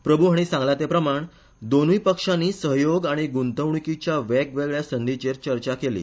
प्रभू हाणी सांगला ते प्रमाण दोनुय पक्षानी सहयोग आनी गुंतवणुकिच्या वेगवेगळ्या संधीचेर चर्चा केली